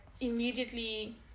immediately